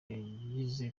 yagize